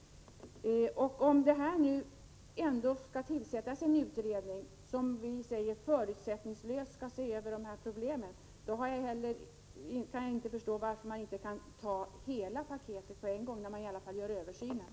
Om det nu ändå skall tillsättas en utredning som förutsättningslöst skall se över problemen, kan jag inte förstå varför man inte kan ta hela paketet på en gång i samband med den översynen.